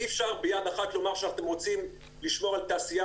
אי אפשר לומר ביד אחת שאתם רוצים לשמור על תעשייה